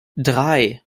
drei